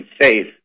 safe